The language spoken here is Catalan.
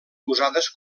usades